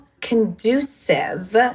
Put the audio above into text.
conducive